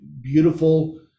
beautiful